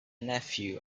nephew